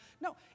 No